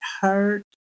hurt